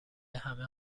همه